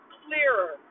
clearer